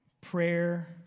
prayer